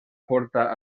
porta